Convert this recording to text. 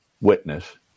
witness